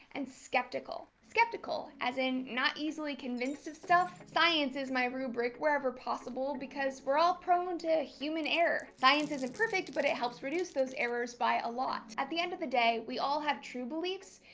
and skeptical. skeptical, as in not easily convinced of stuff science is my rubric wherever possible because we're all prone to human error science isn't perfect but it helps reduce those errors by a lot. at the end of the day, we all have true beliefs,